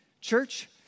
Church